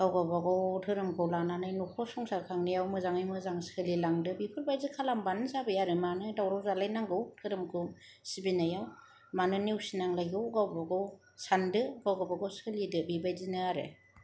गाव गावबागाव धोरोमखौ लानानै न'खर संसार खांनायाव मोजाङै मोजां सोलिलांदो बेफोरबायदि खालामब्लानो जाबाय आरो मानो दावराव जालायनो नांगौ धोरोमखौ सिबिनायाव मानो नेवसिनांलायगौ गाव गावबागाव सानदो गाव गावबागाव सोलिदो बेबायदिनो आरो